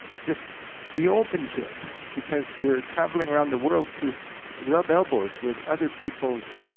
just be open to it. because, we're traveling round the world to rub elbows with other people's,